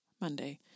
Monday